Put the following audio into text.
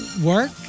work